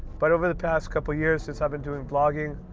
but over the past couple years since i've been doing vlogging,